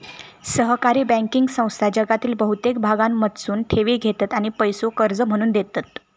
सहकारी बँकिंग संस्था जगातील बहुतेक भागांमधसून ठेवी घेतत आणि पैसो कर्ज म्हणून देतत